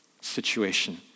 situation